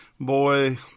Boy